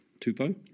Tupo